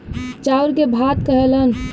चाउर के भात कहेलन